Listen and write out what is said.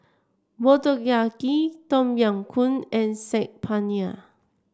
Motoyaki Tom Yam Goong and Saag Paneer